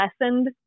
lessened